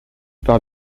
par